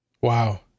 Wow